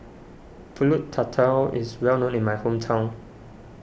Pulut Tatal is well known in my hometown